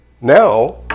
Now